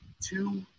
two